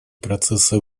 процесса